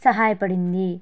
సహాయపడింది